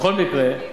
בכל מקרה,